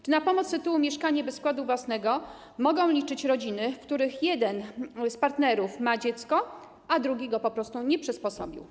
Czy na pomoc z tytułu: mieszkanie bez wkładu własnego mogą liczyć rodziny, w których jeden z partnerów ma dziecko, a drugi po prostu go nie przysposobił?